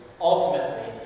ultimately